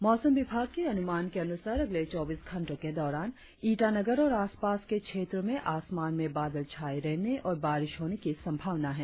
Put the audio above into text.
और अब मौसम मौसम विभाग के अनुमान के अनुसार अगले चौबीस घंटो के दौरान ईटानगर और आसपास के क्षेत्रो में आसमान में बादल छाये रहने और बारिश होने की संभावना है